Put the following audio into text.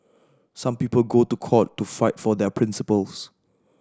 some people go to court to fight for their principles